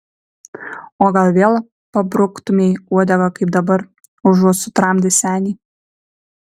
o gal vėl pabruktumei uodegą kaip dabar užuot sutramdęs senį